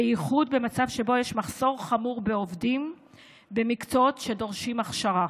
בייחוד במצב שבו יש מחסור חמור בעובדים במקצועות שדורשים הכשרה.